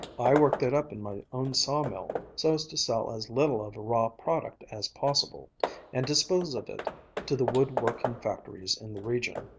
i work that up in my own sawmill so as to sell as little of a raw product as possible and dispose of it to the wood-working factories in the region.